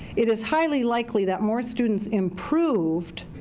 it is highly likely that more students improved,